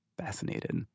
fascinated